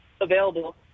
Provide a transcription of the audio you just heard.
available